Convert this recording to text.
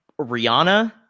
Rihanna